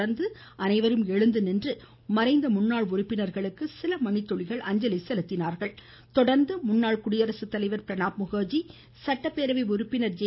தொடர்ந்து அனைவரும் எழுந்துநின்று மறைந்த முன்னாள் அதனை உறுப்பினர்களுக்கு சில மணித்துளிகள் அஞ்சலி செலுத்தினார்கள் அதனை தொடர்ந்து முன்னாள் குடியரசு தலைவர் பிரணாப் முகர்ஜி சட்டப்பேரவை உறுப்பினர் ஜே